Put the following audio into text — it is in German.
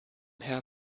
herr